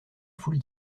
foule